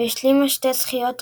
והשלימה שתי זכיות רצופות.